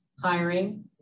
hiring